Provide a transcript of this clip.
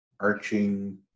arching